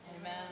Amen